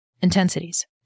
Intensities